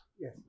Yes